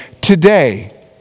Today